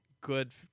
good